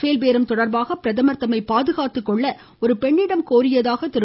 பேல் பேரம் தொடர்பாக பிரதமர் தம்மை பாதுகாத்துக் கொள்ள ஒருபெண்ணிடம் கோரியதாக திரு